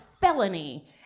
felony